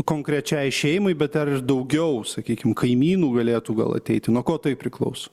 konkrečiai šeimai bet dar daugiau sakykim kaimynų galėtų gal ateiti nuo ko tai priklauso